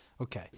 Okay